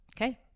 Okay